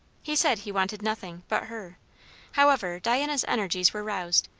he said he wanted nothing, but her however, diana's energies were roused.